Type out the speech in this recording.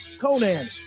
Conan